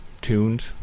tuned